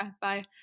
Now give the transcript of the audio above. bye